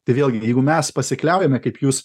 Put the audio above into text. tai vėlgi jeigu mes pasikliaujame kaip jūs